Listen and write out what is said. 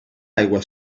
aigua